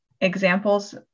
examples